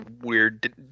weird